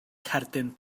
cerdyn